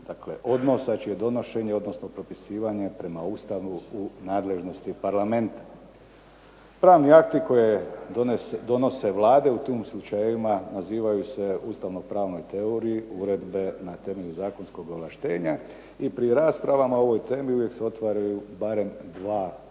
odnosa čije donošenje odnosno propisivanje prema Ustavu je u nadležnosti parlamenta. Pravni akti koje donose vlade u tim slučajevima nazivaju se u ustavno-pravnoj teoriji uredbe na temelju zakonskog ovlaštenja i pri raspravama o ovoj temi uvijek se otvaraju barem dva pitanja.